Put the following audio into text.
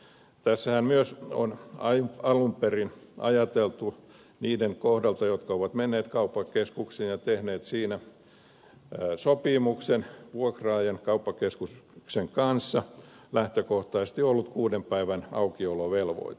tässähän myös on alun perin niiden kohdalla jotka ovat menneet kauppakeskuksiin ja tehneet sopimuksen vuokraajan kauppakeskuksen kanssa lähtökohtaisesti ollut kuuden päivän aukiolovelvoite